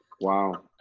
Wow